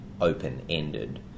open-ended